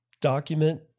Document